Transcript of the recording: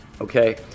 Okay